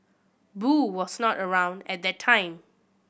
boo was not around at the time